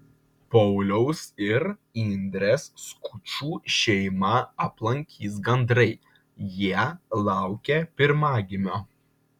pauliaus ir indrės skučų šeimą aplankys gandrai jie laukia pirmagimio